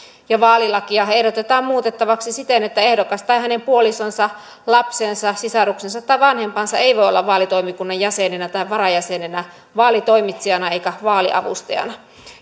ja vaalilakia ehdotetaan muutettavaksi siten että ehdokas tai hänen puolisonsa lapsensa sisaruksensa tai vanhempansa ei voi olla vaalitoimikunnan jäsenenä tai varajäsenenä vaalitoimitsijana eikä vaaliavustajana